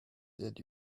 did